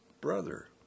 brother